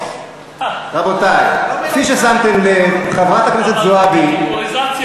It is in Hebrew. זו לא מילת גנאי.